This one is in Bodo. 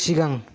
सिगां